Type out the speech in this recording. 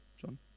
John